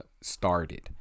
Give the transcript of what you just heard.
started